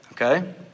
Okay